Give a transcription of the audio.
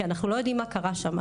כי אנחנו לא יודעים מה קרה שם.